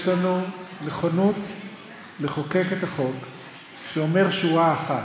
יש לנו נכונות לחוקק את החוק שאומר שורה אחת: